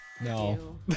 no